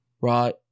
right